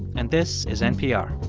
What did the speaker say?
and this is npr